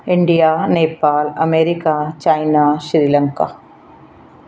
India Nepal America China Sri Lanka